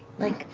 like,